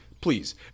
please